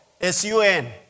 S-U-N